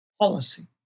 policy